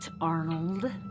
Arnold